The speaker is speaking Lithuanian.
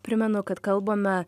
primenu kad kalbame